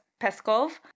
Peskov